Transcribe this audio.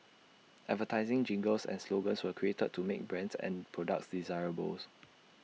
advertising jingles and slogans were created to make brands and products desirables